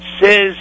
says